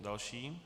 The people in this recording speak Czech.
Další?